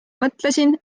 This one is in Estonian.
mõtlesin